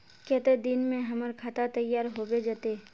केते दिन में हमर खाता तैयार होबे जते?